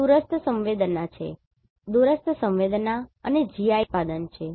આ દૂરસ્થ સંવેદનાઅને GIS ઉત્પાદન છે